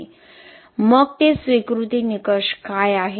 मग ते स्वीकृती निकष काय आहेत